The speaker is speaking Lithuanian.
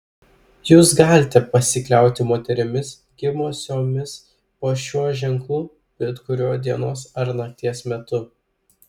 jūs galite pasikliauti moterimis gimusiomis po šiuo ženklu bet kuriuo dienos ar nakties metu